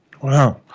wow